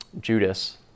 Judas